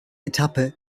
etappe